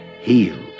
healed